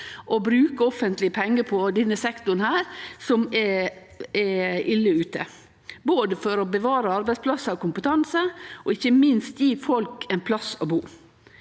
å bruke offentlege pengar på denne sektoren, som er ille ute, både for å bevare arbeidsplassar og kompetanse og ikkje minst for å gje folk ein plass å bu.